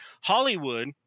Hollywood